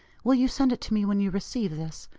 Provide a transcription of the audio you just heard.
will you send it to me when you receive this?